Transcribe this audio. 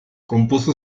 compuso